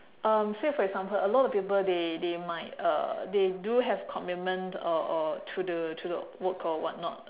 um say for example a lot of people they they might uh they do have commitment or or to the to the work or whatnot